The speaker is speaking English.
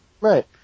Right